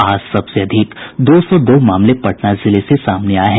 आज सबसे अधिक दो सौ दो मामले पटना जिले से सामने आये हैं